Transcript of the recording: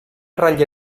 ratlla